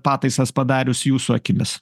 pataisas padarius jūsų akimis